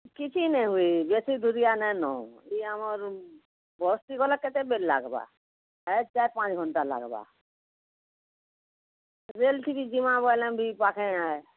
କିଛି ନାଇଁ ହୁଏ ବେଶୀ ଦୁରିଆ ନାଇଁନ ଏଇ ଆମର ବସ୍ରେ ଗଲେ କେତେ ବେଲ ଲାଗବା ଏ ଚାର ପାଞ୍ଚ ଘଣ୍ଟା ଲାଗବା ଜେନ୍ ଥିମି ଜିମା ବୋଇଲେ ବି ପାଖେ